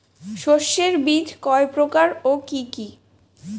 শস্যের বীজ কয় প্রকার ও কি কি?